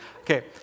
Okay